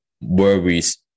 worries